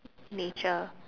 nature